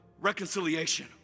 reconciliation